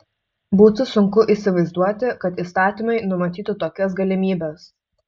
būtų sunku įsivaizduoti kad įstatymai numatytų tokias galimybes